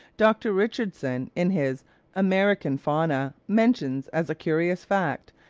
dr. richardson, in his american fauna, mentions as a curious fact,